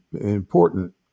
important